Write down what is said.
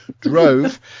Drove